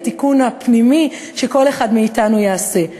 התיקון הפנימי שכל אחד מאתנו יעשה.